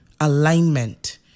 alignment